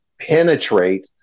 penetrate